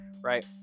right